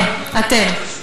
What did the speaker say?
כן, אתם.